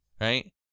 right